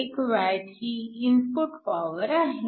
1 W ही input power आहे